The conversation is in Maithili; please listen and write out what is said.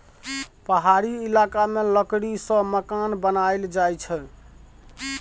पहाड़ी इलाका मे लकड़ी सँ मकान बनाएल जाई छै